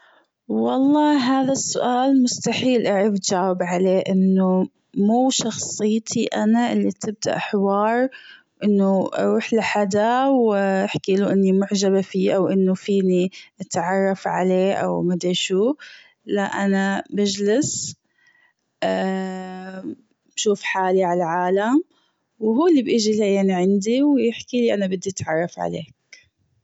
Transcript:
والله هذا السؤال مستحيل أعرف جاوب عليه إنه مو شخصيتي أنا أنه تبدأ حوار أنه أروح لحدا وأحكيله أني معجبة فيه أو أنه فيني أتعرف عليه أو مادري شو لا أنا بجلس بشوف حالي عالعالم وهو اللي بيجي ليا لعندي ويحكيلي أنا بدي أتعرف عليك.